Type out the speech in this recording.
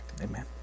Amen